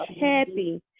happy